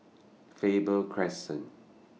Faber Crescent